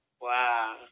Wow